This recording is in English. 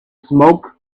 smoke